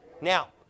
Now